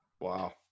Wow